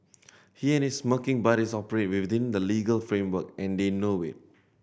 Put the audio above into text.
he and his smirking buddies operate within the legal framework and they know it